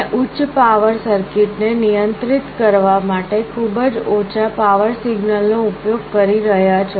તમે ઉચ્ચ power circuit ને નિયંત્રિત કરવા માટે ખૂબ જ ઓછા પાવર સિગ્નલ નો ઉપયોગ કરી રહ્યાં છો